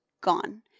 gone